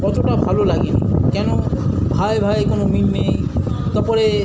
অতটা ভালো লাগেনি কেন ভায়ে ভায়ে কোনও মিল নেই তারপরে